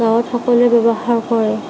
ঘৰত সকলোৱে ব্য়ৱহাৰ কৰে